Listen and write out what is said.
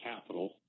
capital